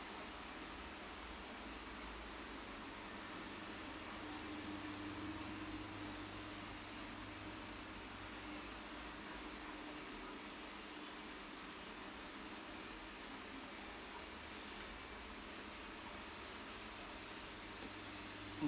mm